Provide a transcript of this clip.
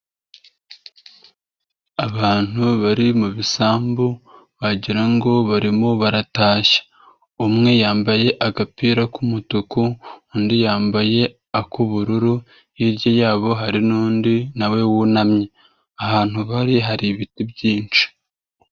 Abantu bari mu bisambu wagira ngo barimo baratashya, umwe yambaye agapira k'umutuku, undi yambaye ak'ubururu, hirya yabo hari n'undi nawe wunamye, ahantu bari hari ibiti byinshi.